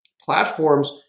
platforms